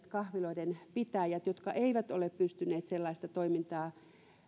kahviloiden pitäjille jotka eivät ole pystyneet sellaista toimintaa